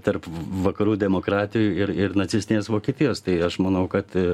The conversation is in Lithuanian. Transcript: tarp vakarų demokratijų ir ir nacistinės vokietijos tai aš manau kad